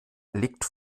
legt